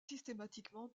systématiquement